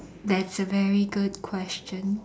that's a very good question